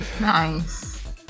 Nice